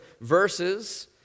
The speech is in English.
verses